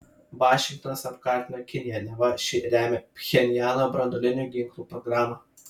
vašingtonas apkaltino kiniją neva ši remia pchenjano branduolinių ginklų programą